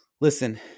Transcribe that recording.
listen